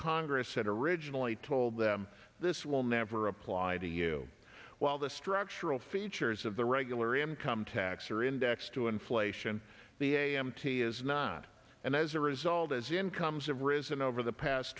congress had originally told them this will never apply to you while the structural features of the regular income tax are indexed to inflation the a m t is not and as a result as incomes have risen over the past